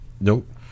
Nope